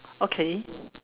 okay